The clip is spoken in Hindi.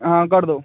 हाँ कर दो